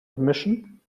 admission